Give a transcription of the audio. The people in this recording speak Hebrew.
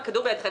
הכדור בידכם,